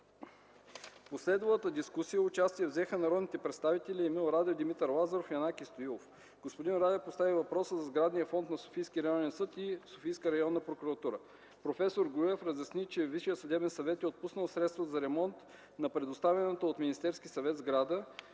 В последвалата дискусия участие взеха народните представители Емил Радев, Димитър Лазаров и Янаки Стоилов. Господин Радев постави въпроса за сградния фонд на Софийски районен съд и Софийска районна прокуратура. Проф. Груев разясни, че ВСС е отпуснал средства за ремонт на предоставената от МС сграда,